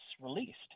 released